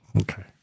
Okay